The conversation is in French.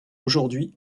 aujourd’hui